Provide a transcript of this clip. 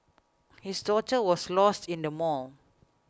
his daughter was lost in the mall